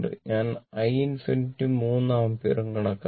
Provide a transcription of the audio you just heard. ഞാൻ i ∞ 3 ആമ്പിയറും കണക്കാക്കി